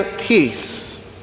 peace